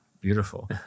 Beautiful